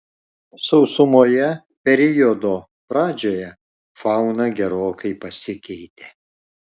sausumoje periodo pradžioje fauna gerokai pasikeitė